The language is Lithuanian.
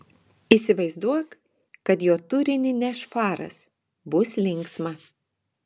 įsivaizduok kad jo turinį neš faras bus linksma